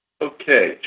Okay